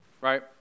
Right